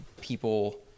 people